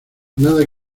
nada